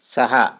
सहा